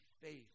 faith